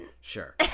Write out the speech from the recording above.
Sure